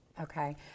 Okay